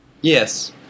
Yes